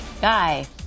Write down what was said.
Guy